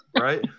Right